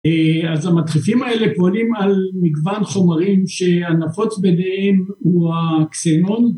אז המדחפים האלה פועלים על מגוון חומרים שהנפוץ ביניהם הוא הקסינון